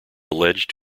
alleged